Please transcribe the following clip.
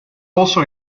also